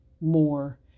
more